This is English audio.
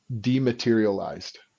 dematerialized